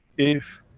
if